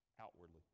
outwardly